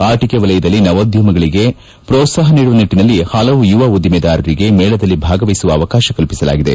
ಆಟಕೆ ವಲಯದಲ್ಲಿ ನವೋದ್ಯಮಗಳಗೆ ಪೋತ್ಸಾಹ ನೀಡುವ ನಿಟ್ಟನಲ್ಲಿ ಹಲವು ಯುವ ಉದ್ದಿಮೆದಾರರಿಗೆ ಮೇಳದಲ್ಲಿ ಭಾಗವಹಿಸುವ ಅವಕಾಶ ಕಲ್ಲಿಸಲಾಗಿದೆ